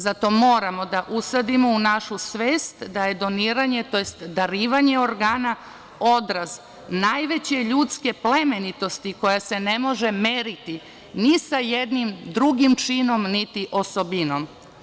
Zato moramo da usadimo u našu svest da je doniranje tj. darivanje organa odraz najveće ljudske plemenitosti koja se ne može meriti ni sa jednim drugim činom, niti osobinom.